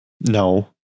No